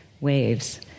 waves